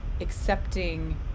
accepting